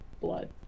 blood